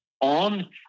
on